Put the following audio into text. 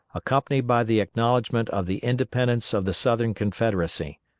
accompanied by the acknowledgment of the independence of the southern confederacy.